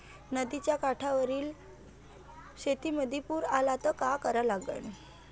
नदीच्या काठावरील शेतीमंदी पूर आला त का करा लागन?